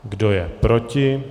Kdo je proti?